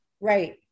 Right